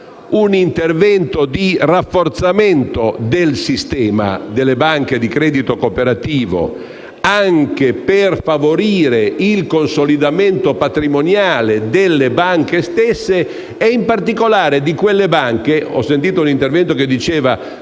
un intervento di rafforzamento del sistema delle banche di credito cooperativo anche per favorire il consolidamento patrimoniale delle banche stesse e, in particolare, di quelle in difficoltà. Ho ascoltato un intervento in cui